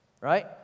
Right